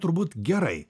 turbūt gerai